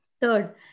Third